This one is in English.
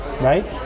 right